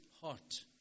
heart